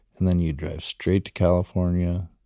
and then you'd drove straight to california,